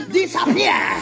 disappear